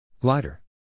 Glider